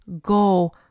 go